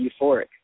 euphoric